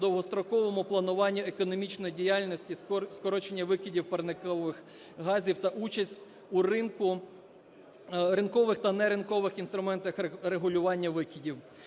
довгостроковому плануванню економічної діяльності, скорочення викидів парникових газів та участь у ринкових та неринкових інструментах регулювання викидів.